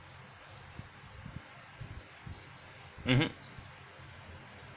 mmhmm